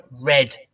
red